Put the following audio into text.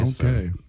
okay